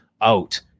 out